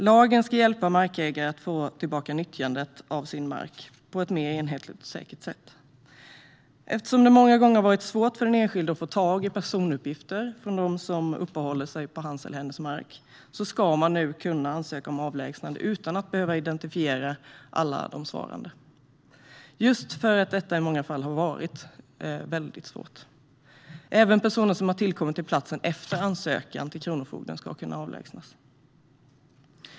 Lagen ska hjälpa markägare att få tillbaka nyttjandet av sin mark på ett mer enhetligt och säkert sätt. Eftersom det många gånger har varit svårt för den enskilde att få tag i personuppgifter från dem som uppehåller sig på hans eller hennes mark ska man nu kunna ansöka om avlägsnande utan att behöva identifiera alla de svarande, just för att detta i många fall har varit väldigt svårt. Även personer som har tillkommit till platsen efter ansökan till kronofogden ska kunna avlägsnas.